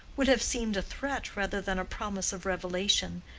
would have seemed a threat rather than a promise of revelation,